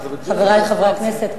חברי חברי הכנסת,